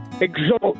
exalt